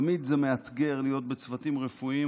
זה תמיד מאתגר להיות בצוותים רפואיים,